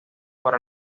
para